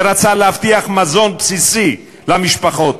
שרצה להבטיח מזון בסיסי למשפחות,